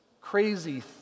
crazy